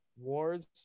wars